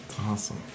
awesome